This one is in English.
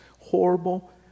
horrible